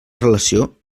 relació